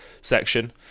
section